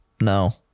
No